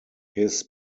his